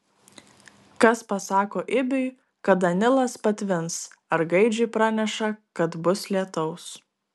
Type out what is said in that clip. kas pasako ibiui kada nilas patvins ar gaidžiui praneša kad bus lietaus